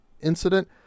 incident